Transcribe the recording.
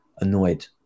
annoyed